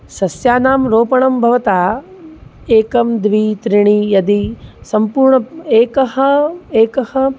सस्यानां रोपणं भवता एकं द्वि त्रीणि यदि सम्पूर्णम् एकः एकः